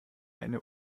eine